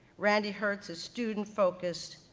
randy hertz is student focused,